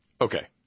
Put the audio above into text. Okay